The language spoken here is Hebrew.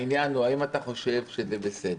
העניין הוא האם אתה חושב שזה בסדר,